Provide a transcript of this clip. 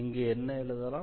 இங்கு என்ன எழுதலாம்